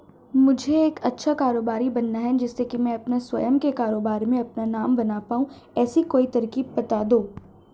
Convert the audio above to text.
मुझे एक अच्छा कारोबारी बनना है जिससे कि मैं अपना स्वयं के कारोबार में अपना नाम बना पाऊं ऐसी कोई तरकीब पता दो?